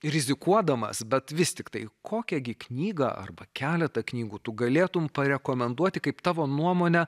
rizikuodamas bet vis tiktai kokią gi knygą arba keletą knygų tu galėtum parekomenduoti kaip tavo nuomone